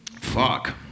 Fuck